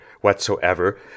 whatsoever